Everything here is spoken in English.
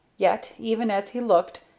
yet, even as he looked,